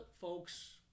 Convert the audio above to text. folks